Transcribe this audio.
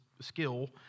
skill